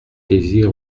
plaisir